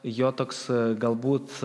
jo toks galbūt